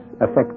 affect